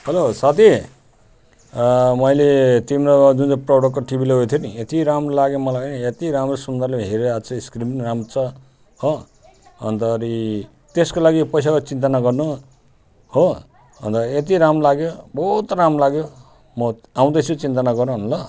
hello साथी मैले तिम्रोमा जुन चाहिँ प्रडक्टको टिभी लगेको थियो नि यति राम्रो लाग्यो मलाई यति राम्रो सुन्दरले हेरिरहेको छु स्क्रिन पनि राम्रो छ हो अन्तखेरि त्यसको लागि पैसाको चिन्ता नगर्नु हो अन्त यति राम्रो लाग्यो बहुत राम्रो लाग्यो म आउँदैछु चिन्ता नगरन ल